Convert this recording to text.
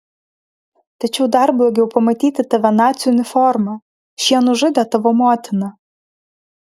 tačiau dar blogiau pamatyti tave nacių uniforma šie nužudė tavo motiną